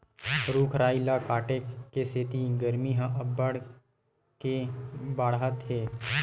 रूख राई ल काटे के सेती गरमी ह अब्बड़ के बाड़हत हे